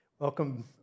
Welcome